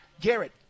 Garrett